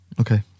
okay